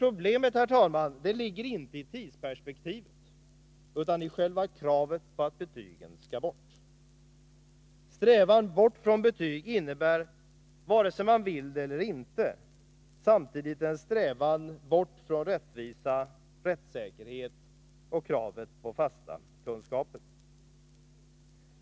Problemet, herr talman, ligger inte i tidsperspektivet, utan i själva kravet på att betygen skall bort. Strävan bort från betyg innebär, vare sig man vill det eller inte, samtidigt en strävan bort från rättvisa, rättssäkerhet och kravet på fasta kunskaper.